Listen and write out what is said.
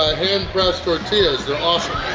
hand-pressed tortillas they're awesome!